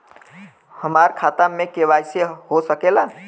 हमार खाता में के.वाइ.सी हो सकेला?